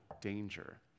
danger